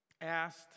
asked